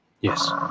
Yes